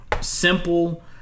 simple